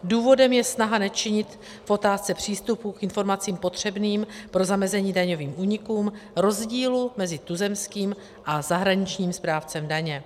Důvodem je snaha nečinit v otázce přístupu k informacím potřebným pro zamezení daňovým únikům rozdílu mezi tuzemským a zahraničním správcem daně.